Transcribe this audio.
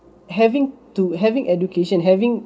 having to having education having